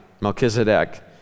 Melchizedek